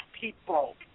people